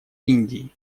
индии